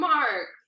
Mark